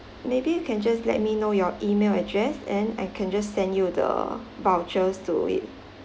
maybe you can just let me know your email address then I can just send you the vouchers to it